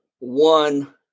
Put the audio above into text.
One